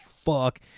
fuck